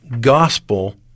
gospel